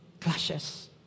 clashes